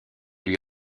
lui